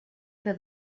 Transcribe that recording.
que